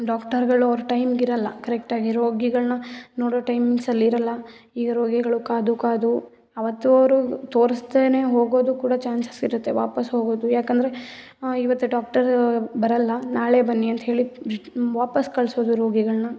ಡಾಕ್ಟರ್ಗಳು ಅವ್ರ ಟೈಮಿಗಿರೋಲ್ಲ ಕರೆಕ್ಟಾಗಿ ರೋಗಿಗಳನ್ನ ನೋಡೋ ಟೈಮಿಂಗ್ಸಲ್ಲಿ ಇರೋಲ್ಲ ಈಗ ರೋಗಿಗಳು ಕಾದು ಕಾದು ಅವತ್ತು ಅವರು ತೋರಿಸ್ದೇನೆ ಹೋಗೋದು ಕೂಡ ಚಾನ್ಸಸ್ ಇರುತ್ತೆ ವಾಪಸ್ ಹೋಗೋದು ಯಾಕಂದರೆ ಇವತ್ತು ಡಾಕ್ಟರ್ ಬರೋಲ್ಲ ನಾಳೆ ಬನ್ನಿ ಅಂತ ಹೇಳಿ ವಾಪಸ್ ಕಳಿಸೋದು ರೋಗಿಗಳನ್ನ